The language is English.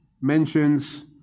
mentions